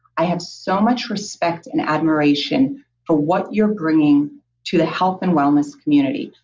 i have so much respect and admiration for what you're bringing to the health and wellness community.